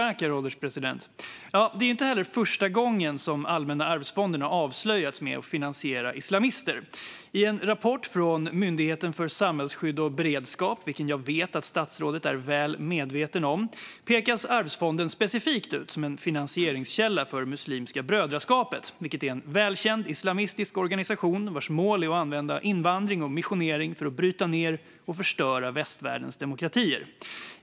Herr ålderspresident! Detta är inte heller inte första gången som Allmänna arvsfonden har avslöjats med att finansiera islamister. I en rapport från Myndigheten för samhällsskydd och beredskap, som jag vet att statsrådet är väl medveten om, pekas Arvsfonden specifikt ut som en finansieringskälla för Muslimska brödraskapet, en välkänd islamistisk organisation vars mål är att använda invandring och missionering för att bryta ned och förstöra västvärldens demokratier.